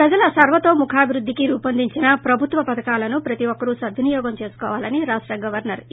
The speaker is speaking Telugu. ప్రజల సర్వోతోముఖాభివుద్దికి రూపొందించిన ప్రభుత్వ పధకాలను ప్రతి ఒక్కరు సద్వినియోగం చేసుకోవాలని రాష్ట గవర్సర్ ఈ